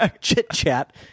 chit-chat